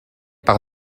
par